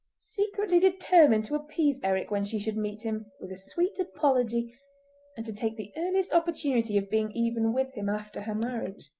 secretly determined to appease eric when she should meet him with a sweet apology and to take the earliest opportunity of being even with him after her marriage.